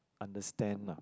understand lah